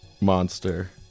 monster